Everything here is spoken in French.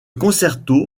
concerto